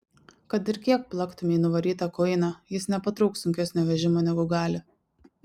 kad ir kiek plaktumei nuvarytą kuiną jis nepatrauks sunkesnio vežimo negu gali